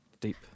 deep